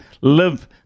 live